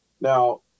Now